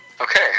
Okay